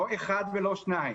לא אחד ולא שניים,